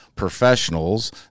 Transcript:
professionals